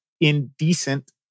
indecent